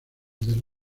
del